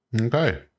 Okay